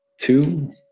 Two